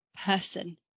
person